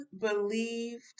believed